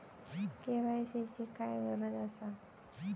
KYC ची काय गरज आसा?